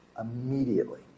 immediately